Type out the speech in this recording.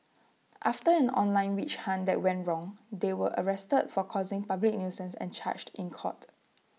after an online witch hunt that went wrong they were arrested for causing public nuisance and charged in court